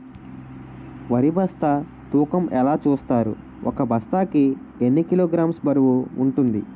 వరి బస్తా తూకం ఎలా చూస్తారు? ఒక బస్తా కి ఎన్ని కిలోగ్రామ్స్ బరువు వుంటుంది?